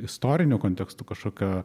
istorinio kontekstu kažkokia